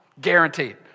Guaranteed